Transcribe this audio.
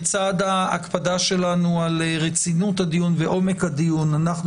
בצד ההקפדה שלנו על רצינות הדיון ועומק הדיון אנחנו